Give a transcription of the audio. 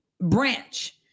Branch